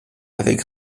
avec